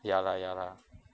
ya lah ya lah